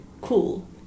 cool